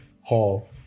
Hall